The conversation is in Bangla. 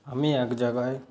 আমি এক জায়গায়